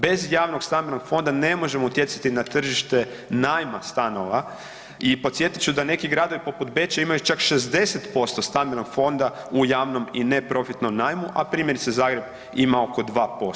Bez javnog stambenog fonda ne možemo utjecati na tržište najma stanova i podsjetit ću da neki gradovi poput Beča imaju čak 60% stambenog fonda u javnom i neprofitnom najmu, a primjerice Zagreb ima oko 2%